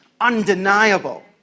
undeniable